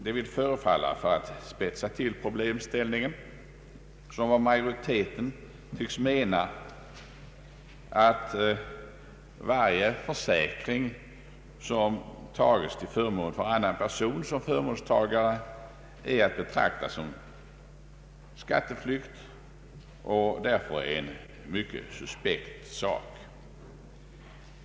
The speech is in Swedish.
Det vill förefalla som om majoriteten menar — för att spetsa till problemställningen — att varje försäkring som tages för annan person som förmånstagare är att betrakta som skatteflykt och därför också är en mycket suspekt sak.